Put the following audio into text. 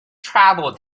trouble